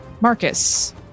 Marcus